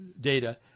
data